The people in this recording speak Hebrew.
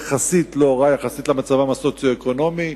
יחסית למצב הסוציו-אקונומי,